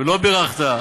ולא בירכת.